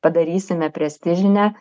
padarysime prestižine